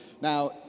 Now